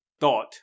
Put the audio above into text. thought